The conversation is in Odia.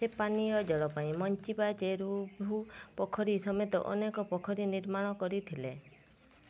ସେ ପାନୀୟ ଜଳ ପାଇଁ ମଞ୍ଚିପ୍ପା ଚେରୁଭୁ ପୋଖରୀ ସମେତ ଅନେକ ପୋଖରୀ ନିର୍ମାଣ କରିଥିଲେ